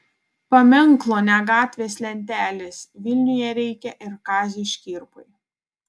paminklo ne gatvės lentelės vilniuje reikia ir kaziui škirpai